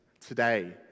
Today